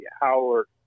Howard